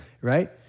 Right